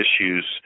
issues